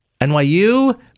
NYU